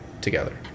together